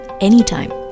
anytime